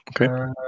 Okay